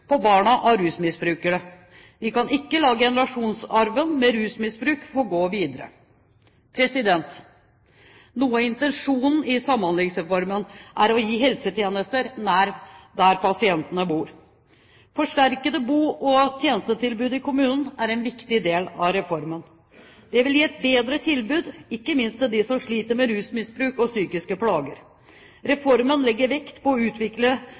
på barna av rusmisbrukere. Vi kan ikke la generasjonsarven med rusmisbruk få gå videre. Noe av intensjonen i Samhandlingsreformen er å gi helsetjenester nær der pasientene bor. Forsterkede bo- og tjenestetilbud i kommunene er en viktig del av reformen. Det vil gi et bedre tilbud, ikke minst til dem som sliter med rusmisbruk og psykiske plager. Reformen legger vekt på å utvikle